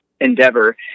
endeavor